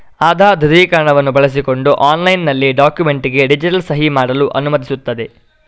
ಆಧಾರ್ ದೃಢೀಕರಣವನ್ನು ಬಳಸಿಕೊಂಡು ಆನ್ಲೈನಿನಲ್ಲಿ ಡಾಕ್ಯುಮೆಂಟಿಗೆ ಡಿಜಿಟಲ್ ಸಹಿ ಮಾಡಲು ಅನುಮತಿಸುತ್ತದೆ